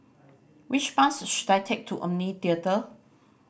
which bus should I take to Omni Theatre